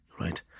Right